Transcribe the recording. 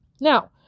Now